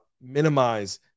minimize